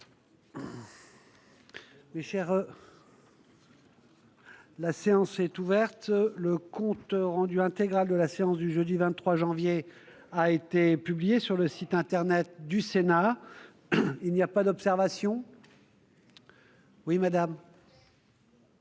La séance est ouverte. Le compte rendu intégral de la séance du jeudi 23 janvier 2020 a été publié sur le site internet du Sénat. Il n'y a pas d'observation ?... Le